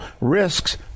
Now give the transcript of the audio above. risks